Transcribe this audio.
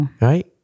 Right